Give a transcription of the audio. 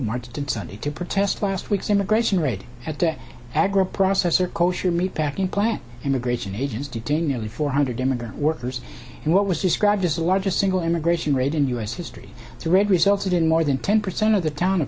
marched in sunday to protest last week's immigration raid at the agriprocessors kosher meat packing plant immigration agents detaining only four hundred immigrant workers and what was described as the largest single immigration raid in u s history to read resulted in more than ten percent of the town